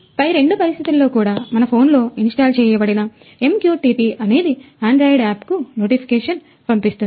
పై రెండు పరిస్థితుల్లో కూడా మన ఫోన్లో ఇన్స్టాల్ చేయబడిన MQTT డాష్ అనేది ఆండ్రాయిడ్ app కు నోటిఫికేషన్ పంపిస్తుంది